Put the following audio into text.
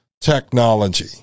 technology